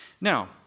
Now